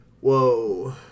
Whoa